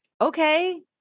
Okay